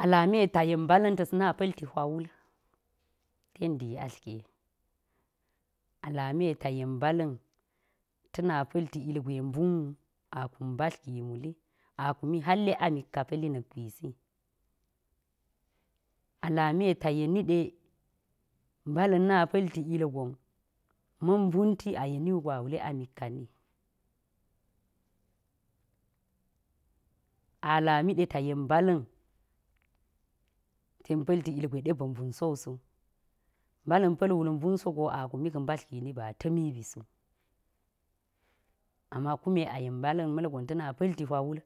A lami ta yen mbala̱n ta̱s na pa̱lti hwa wul ten dii atl ge, a lami ta yen mbala̱n ta na pa̱lti ilgwe mbun wu, a kum mbadl gi muli, a kumi halle amik kaa na pa̱lti na̱k gwisi. A lami ye ta yeni ɗe mbala̱n na pa̱lti ilgon ma̱n mbumti a yeni wugo a wule amik kani. A lami ɗe ta yen mbala̱n ten pa̱lti ilgwe ɗe ba̱ mbun sowu so, mbala̱n pa̱l wul mbun sogo a kumi ka̱ mbadl gini ba̱ a ta̱mi bi so. Ama kume a yen mbala̱n ma̱lgon ta̱ na pa̱lti hwa wul